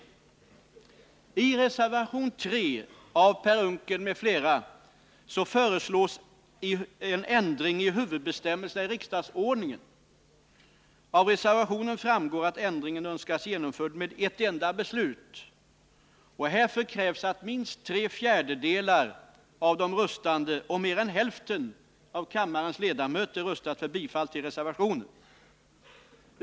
I reservationen föreslås ändring i huvudbestämmelse i riksdagsordningen. Av reservationen framgår att ändringen önskas genomförd med ett enda beslut. Härför krävs att minst tre fjärdedelar av de röstande och mer än hälften av kammarens ledamöter röstat för bifall till reservationen.